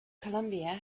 colombia